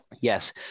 yes